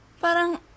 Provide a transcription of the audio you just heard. parang